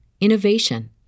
innovation